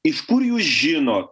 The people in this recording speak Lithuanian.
iš kur jūs žino